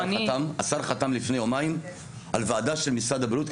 השר חתם לפני יומיים על ועדה של משרד הבריאות,